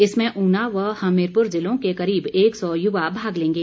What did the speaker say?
इसमें ऊना व हमीरपुर जिलों के करीब एक सौ युवा भाग लेंगे